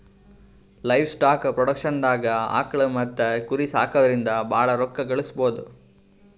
livestock ಪ್ರೊಡಕ್ಷನ್ದಾಗ್ ಆಕುಳ್ ಮತ್ತ್ ಕುರಿ ಸಾಕೊದ್ರಿಂದ ಭಾಳ್ ರೋಕ್ಕಾ ಗಳಿಸ್ಬಹುದು